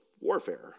warfare